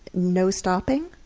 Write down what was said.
no stopping.